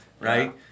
right